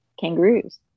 kangaroos